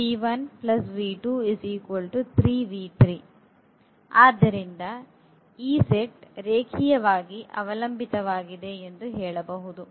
ಆದ್ದರಿಂದ ಈ ಸೆಟ್ ರೇಖೀಯವಾಗಿ ಅವಲಂಬಿತವಾಗಿದೆ ಎಂದು ಹೇಳಬಹುದು